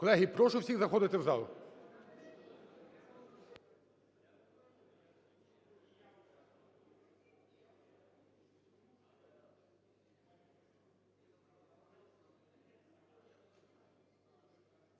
Колеги, прошу всіх заходити в зал.